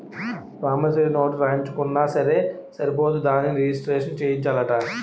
promissory note రాయించుకున్నా సరే సరిపోదు దానిని రిజిస్ట్రేషను సేయించాలట